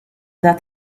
that